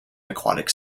aquatic